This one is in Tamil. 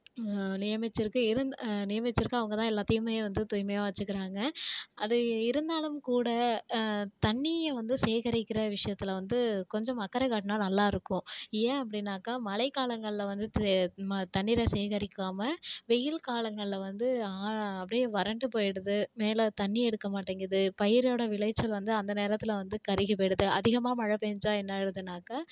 நியமிச்சுருக்கு இருந்தால் நியமிச்சிருக்கு அவங்கதான் எல்லாத்தையுமே வந்து தூய்மையாக வைச்சிக்கிறாங்க அது இருந்தாலும் கூட தண்ணியை வந்து சேகரிக்கிற விஷயத்துல வந்து கொஞ்சம் அக்கறை காட்டினா நல்லா இருக்கும் ஏன் அப்படினாக்கா மழைக் காலங்களில் வந்து தண்ணீரை சேகரிக்காமல் வெயில் காலங்களில் வந்து அப்டேயே வறண்டு போய்விடுது மேலேத் தண்ணி எடுக்க மாட்டேங்குது பயிரோடய விளைச்சல் வந்து அந்த நேரத்தில் வந்து கருகிப் போய்விடுது அதிகமாக மழைப் பேஞ்சா என்ன ஆயிடுதுன்னாக்கா